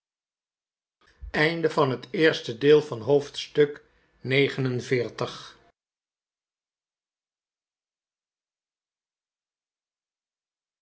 oosten van het westen van het